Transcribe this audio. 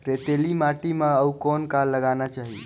रेतीली माटी म अउ कौन का लगाना चाही?